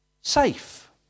safe